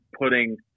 putting